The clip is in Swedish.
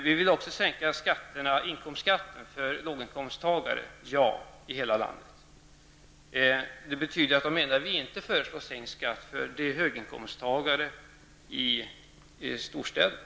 Vi vill också sänka inkomstskatten för låginkomsttagare i hela landet. Det betyder att de enda vi inte föreslår sänkt skatt för är höginkomsttagare i storstäderna.